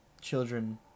children